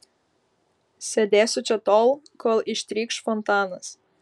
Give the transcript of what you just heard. sėdėsiu čia tol kol ištrykš fontanas